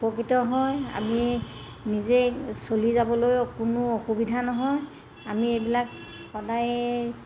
উপকৃত হয় আমি নিজেই চলি যাবলৈও কোনো অসুবিধা নহয় আমি এইবিলাক সদায়ে